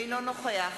אינו נוכח